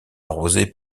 arrosée